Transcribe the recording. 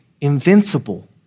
invincible